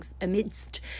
amidst